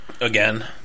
again